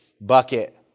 bucket